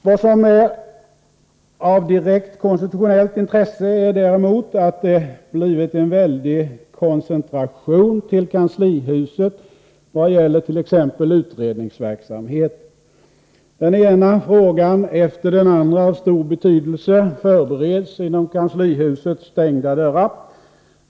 Vad som är av direkt konstitutionellt intresse är däremot att det blivit en väldig koncentration till kanslihuset vad gäller t.ex. utredningsverksamhe ten. Den ena frågan efter den andra av stor betydelse förbereds inom kanslihusets stängda dörrar.